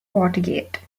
watergate